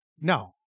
No